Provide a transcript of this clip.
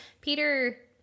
Peter